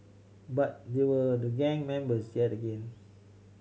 but there were the gang members yet again